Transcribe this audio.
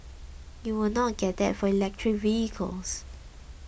you will not get that for electric vehicles